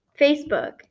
Facebook